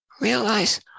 realize